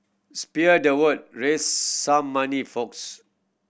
spear the word raise some money folks